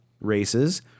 races